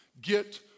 get